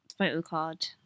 photocard